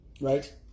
right